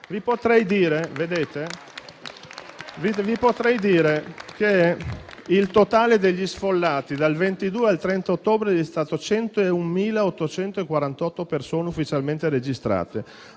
Vi potrei dire che il totale degli sfollati dal 22 al 30 ottobre è stato di 101.848 persone ufficialmente registrate.